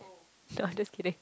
no I just kidding